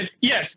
yes